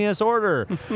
order